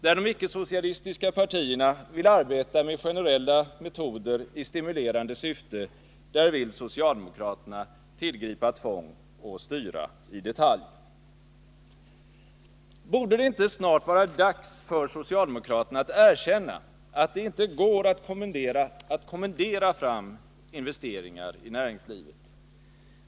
Där de icke-socialistiska partierna vill arbeta med generella metoder i stimulerande syfte, där vill socialdemokraterna tillgripa tvång och styra i detalj. Borde det inte snart vara dags för socialdemokraterna att erkänna att det inte går att kommendera fram investeringar i näringslivet?